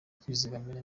kwizigamira